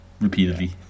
repeatedly